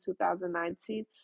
2019